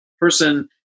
person